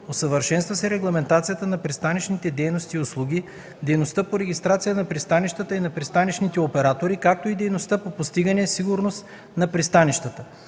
Усъвършенства се регламентацията на пристанищните дейности и услуги; дейността по регистрация на пристанищата и на пристанищните оператори, както и дейността по постигане сигурност на пристанищата.